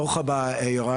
ברוך הבא יוראי.